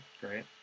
Great